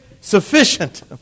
sufficient